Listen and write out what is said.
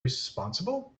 responsible